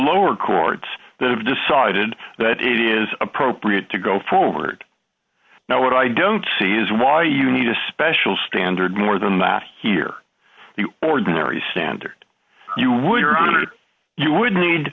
lower courts that have decided that it is appropriate to go forward now what i don't see is why you need a special standard more than that here the ordinary standard you would